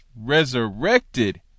Resurrected